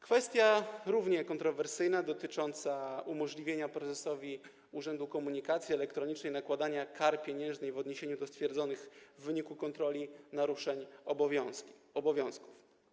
Kwestia równie kontrowersyjna dotyczy umożliwienia prezesowi Urzędu Komunikacji Elektronicznej nakładania kar pieniężnych w odniesieniu do stwierdzonych w wyniku kontroli naruszeń obowiązków.